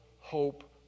hope